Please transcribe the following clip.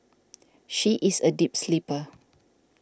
she is a deep sleeper